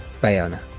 bayona